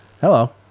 hello